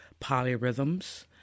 polyrhythms